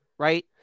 Right